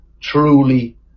truly